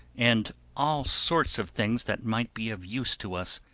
and all sorts of things that might be of use to us.